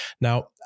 Now